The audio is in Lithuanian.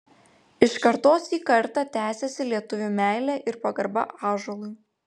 iš kartos į kartą tęsiasi lietuvių meilė ir pagarba ąžuolui